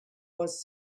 was